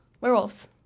Werewolves